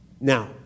Now